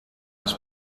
els